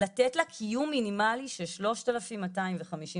לתת לה קיום מינימלי של שלושת אלפים מאתיים וחמישים